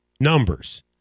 numbers